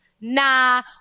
nah